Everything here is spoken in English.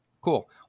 Cool